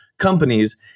Companies